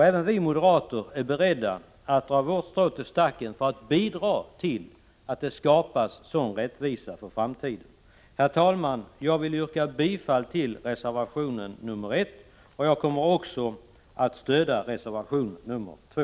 Även vi moderater är beredda att dra vårt strå till stacken för att bidra till att det skapas sådan rättvisa för framtiden. Herr talman! Jag yrkar bifall till reservation nr 1. Jag kommer att stödja även reservation nr 2.